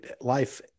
Life